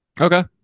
okay